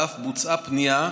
ב-4